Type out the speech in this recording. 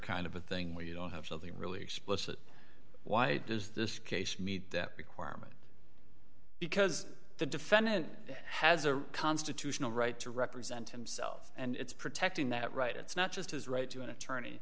kind of a thing where you don't have something really explicit why does this case meet dept requirement because the defendant has a constitutional right to represent himself and it's protecting that right it's not just his right to an attorney